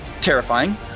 terrifying